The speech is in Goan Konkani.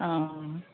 आं